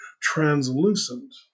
translucent